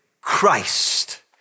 Christ